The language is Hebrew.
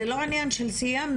זה לא העניין של סיימנו,